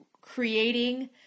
creating